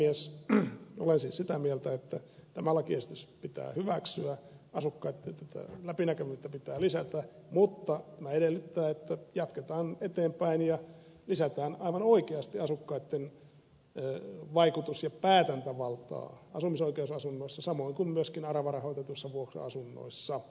olen siis sitä mieltä että tämä lakiesitys pitää hyväksyä asukkaitten läpinäkyvyyttä pitää lisätä mutta tämä edellyttää että jatketaan eteenpäin ja lisätään aivan oikeasti asukkaitten vaikutus ja päätäntävaltaa asumisoikeusasunnoissa samoin kuin myöskin aravarahoitetuissa vuokra asunnoissa